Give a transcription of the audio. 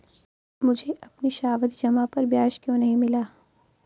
मुझे अपनी सावधि जमा पर ब्याज क्यो नहीं मिला?